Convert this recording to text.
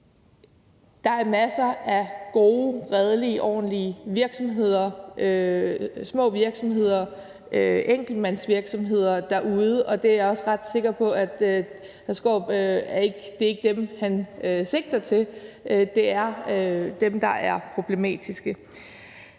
Der er masser af gode, redelige og ordentlige virksomheder, små virksomheder og enkeltmandsvirksomheder derude, og jeg er også ret sikker på, at det ikke er dem, hr. Peter Skaarup sigter til; det er dem, der er problematiske.